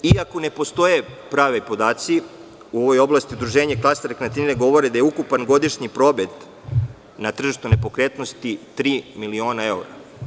Iako ne postoje pravi podaci u ovoj oblasti, udruženje klastera govore da je ukupan godišnji promet na tržištu nepokretnosti tri miliona evra.